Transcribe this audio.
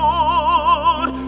Lord